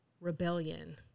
rebellion